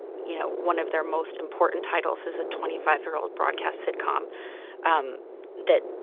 you know, one of their most important titles is a twenty five year old broadcast sitcom um that.